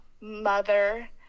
mother